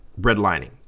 redlining